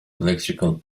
electrical